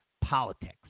politics